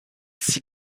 six